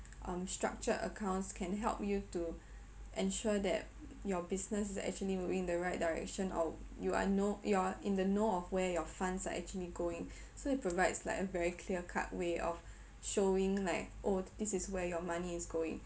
um structured accounts can help you to ensure that your business is actually moving the right direction or you are know you are in the know of where your funds are actually going so it provides like a very clear cut way of showing like oh this is where your money is going